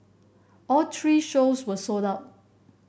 all three shows were sold out